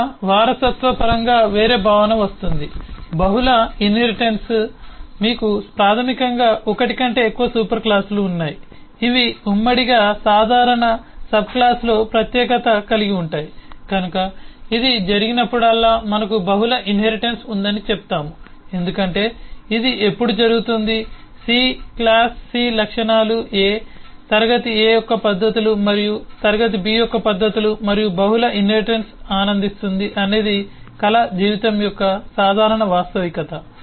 బహుళ వారసత్వ పరంగా వేరే భావన వస్తుంది బహుళ ఇన్హెరిటెన్స్గా మీకు ప్రాథమికంగా ఒకటి కంటే ఎక్కువ సూపర్ క్లాసులు ఉన్నాయి ఇవి ఉమ్మడిగా సాధారణ సబ్క్లాస్లో ప్రత్యేకత కలిగివుంటాయి కనుక ఇది జరిగినప్పుడల్లా మనకు బహుళ ఇన్హెరిటెన్స్ ఉందని చెప్తాము ఎందుకంటే ఇది ఎప్పుడు జరుగుతుంది సి క్లాస్ సి లక్షణాలు A క్లాస్ A యొక్క పద్ధతులు మరియు క్లాస్ B యొక్క పద్ధతులు మరియు బహుళ ఇన్హెరిటెన్స్ ఆనందిస్తుంది అనేది కళ జీవితం యొక్క సాధారణ వాస్తవికత